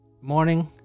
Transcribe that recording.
morning